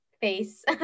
face